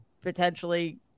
potentially